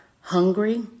hungry